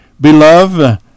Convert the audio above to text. Beloved